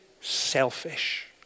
selfish